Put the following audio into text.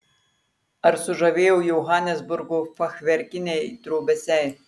ar sužavėjo johanesburgo fachverkiniai trobesiai